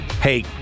hey